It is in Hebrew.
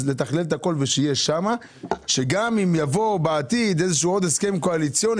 לתכלל את הכול כך שיהיה שם ואם יבוא בעתיד איזשהו הסכם קואליציוני